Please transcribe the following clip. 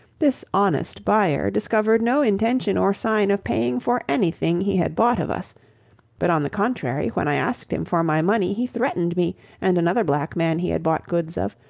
this honest buyer discovered no intention or sign of paying for any thing he had bought of us but on the contrary, when i asked him for my money he threatened me and another black man he had bought goods of,